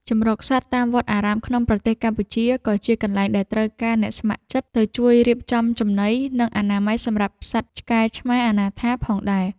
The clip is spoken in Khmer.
ជម្រកសត្វតាមវត្តអារាមក្នុងប្រទេសកម្ពុជា ក៏ជាកន្លែងដែលត្រូវការអ្នកស្ម័គ្រចិត្តទៅជួយរៀបចំចំណី និងអនាម័យសម្រាប់សត្វឆ្កែឆ្មាអនាថាផងដែរ។